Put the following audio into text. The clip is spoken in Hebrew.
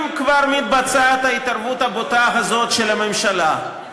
אם כבר מתבצעת ההתערבות הבוטה הזאת של הממשלה,